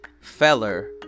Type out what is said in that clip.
feller